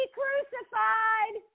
crucified